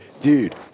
dude